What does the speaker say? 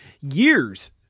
years